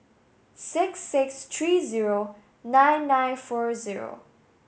six six three zero nine nine four zero